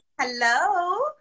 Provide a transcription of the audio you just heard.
Hello